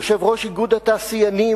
יושב-ראש איגוד התעשיינים,